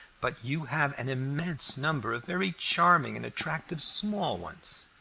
but you have an immense number of very charming and attractive small ones.